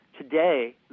Today